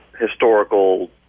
historical